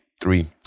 three